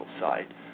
side